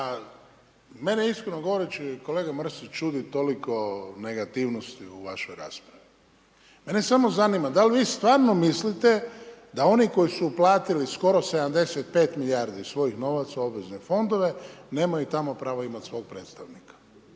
mene iskreno govore kolega Mrsić, čudi toliko negativnosti u vašoj raspravi. Mene samo zanima da li stvarno mislite da oni koji su uplatili skoro 75 milijardi svojih novaca u obvezne fondove, nemaju tamo pravo imat svog predstavnika?